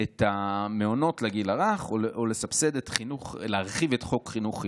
את המעונות לגיל הרך או להרחיב את חוק חינוך חינם.